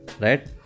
right